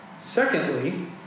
Secondly